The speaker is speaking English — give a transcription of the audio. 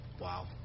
Wow